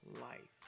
life